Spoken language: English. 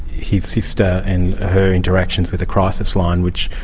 his sister and her interactions with a crisis line which,